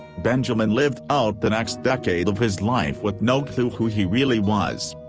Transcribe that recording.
benjaman lived out the next decade of his life with no clue who he really was.